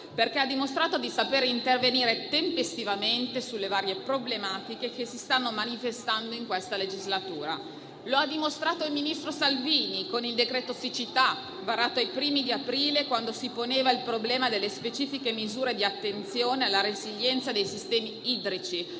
perché ha dimostrato di sapere intervenire tempestivamente sulle varie problematiche che si stanno manifestando in questa legislatura. Lo ha dimostrato il ministro Salvini con il decreto siccità varato ai primi di aprile, quando si poneva il problema delle specifiche misure di attenzione alla resilienza dei sistemi idrici: